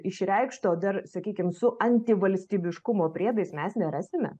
išreikšto dar sakykim su antivalstybiškumo priedais mes nerasime